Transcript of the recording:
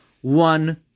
one